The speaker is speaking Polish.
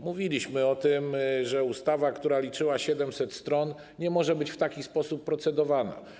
Mówiliśmy o tym, że ustawa, która liczyła 700 stron, nie może być w taki sposób procedowana.